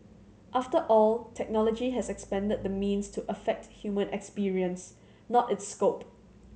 after all technology has expanded the means to affect human experience not its scope